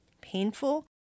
Painful